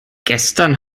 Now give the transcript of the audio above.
gestern